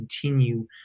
continue